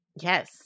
Yes